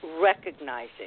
recognizing